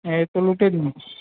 એ તો લૂટી ન